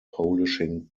polishing